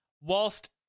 whilst